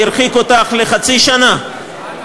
והרחיק אותך לחצי שנה,